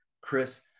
Chris